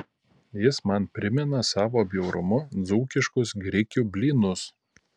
jis man primena savo bjaurumu dzūkiškus grikių blynus